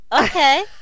okay